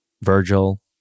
Virgil